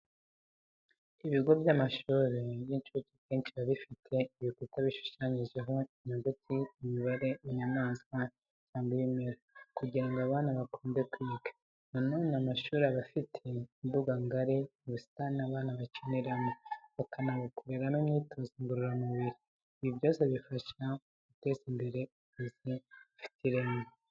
Ibigo by'amashuri y'incuke akenshi biba bifite ibikuta bishushanyijeho inyuguti, imibare, inyamaswa cyangwa ibimera, kugira ngo abana bakunde kwiga. Na none, amashuri aba afite imbuga ngari n'ubusitani abana bakiniramo, bakanakoreramo imyitozo ngororamubiri. Ibi byose bifasha mu guteza imbere uburezi bufite ireme.